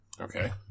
Okay